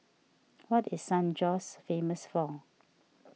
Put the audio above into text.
what is San Jose famous for